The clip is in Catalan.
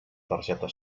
targeta